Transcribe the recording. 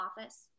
office